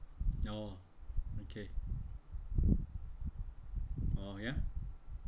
oh okay oh ya